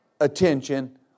attention